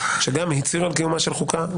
שגם הצהיר על קיומה של חוקה,